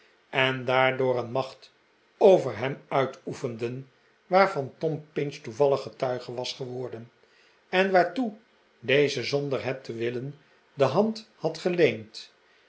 en daardoor een macht over hem uitoefenden waarvan tom pinch toevallig getuige was geworden en waartoe deze zonder het te willen de hand had geleehd